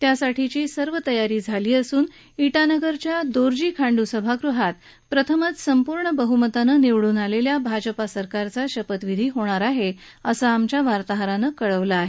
त्यासाठीची सर्व तयारी झाली असून इटानगरच्या दोरजी खांडू सभागृहात प्रथमच संपूर्ण बहुमतानं निवडून आलेल्या भाजपा सरकारचा शपथविधी होईल असं आमच्या वार्ताहरानं कळवलं आहे